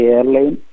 Airline